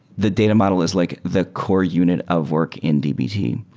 the data model is like the core unit of work in dbt.